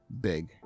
big